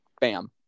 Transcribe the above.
Bam